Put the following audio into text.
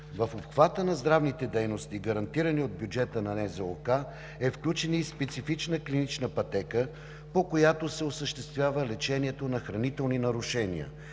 В обхвата на здравните дейности, гарантирани от бюджета на НЗОК, е включена и специфична клинична пътека, по която се осъществява лечението на хранителни нарушения